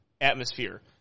atmosphere